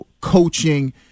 coaching